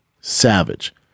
savage